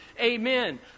Amen